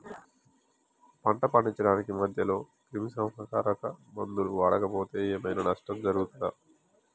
పంట పండించడానికి మధ్యలో క్రిమిసంహరక మందులు వాడకపోతే ఏం ఐనా నష్టం జరుగుతదా?